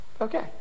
Okay